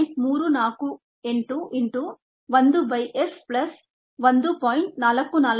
348 into 1 by s plus 1